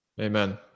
amen